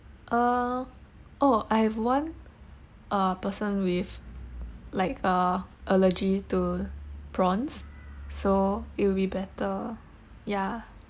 uh oh I've one uh person with like uh allergy to prawns so it will be better ya